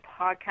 podcast